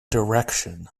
direction